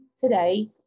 today